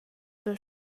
pel